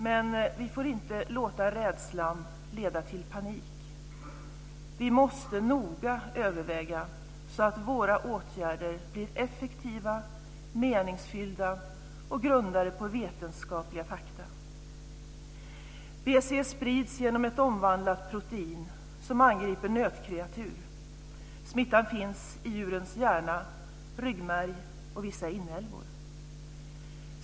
Men vi får inte låta rädslan leda till panik. Vi måste noga överväga så att våra åtgärder blir effektiva, meningsfyllda och grundade på vetenskapliga fakta. BSE sprids genom ett omvandlat protein som angriper nötkreatur. Smittan finns i djurens hjärna, ryggmärg och vissa inälvor.